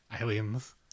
aliens